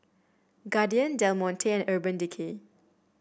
Guardian Del Monte Urban Decay